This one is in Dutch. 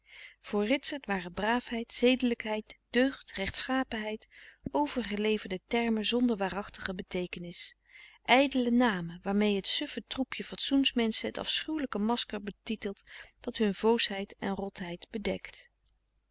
ritsert waren braafheid zedelijkheid deugd rechtschapenheid overgeleverde termen zonder waarachtige beteekenis ijdele namen waarmee het suffe troepje fatsoens menschen het afschuwelijke masker betitelt dat hun voosheid en rotheid bedekt